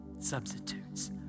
substitutes